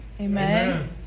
Amen